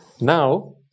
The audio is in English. Now